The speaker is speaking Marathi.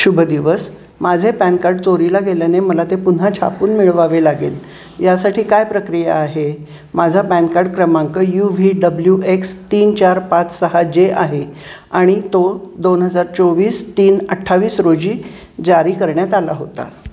शुभ दिवस माझे पॅन कार्ड चोरीला गेल्याने मला ते पुन्हा छापून मिळवावे लागेल यासाठी काय प्रक्रिया आहे माझा पॅन कार्ड क्रमांक यु व्ही डब्ल्यू एक्स तीन चार पाच सहा जे आहे आणि तो दोन हजार चोवीस तीन अठ्ठावीस रोजी जारी करण्यात आला होता